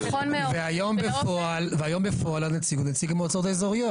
היום בפועל הנציג הוא נציג המועצות האזוריות.